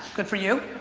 good for you.